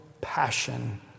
passion